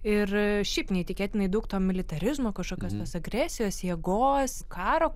ir šiaip neįtikėtinai daug to militarizmo kažkokios tos agresijos jėgos karo